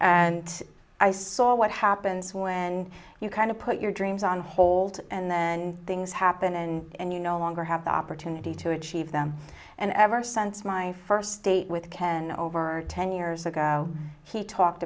and i saw what happens when you kind of put your dreams on hold and then things happen and you no longer have the opportunity to achieve them and ever since my first date with ken over ten years ago he talked